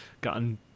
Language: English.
gotten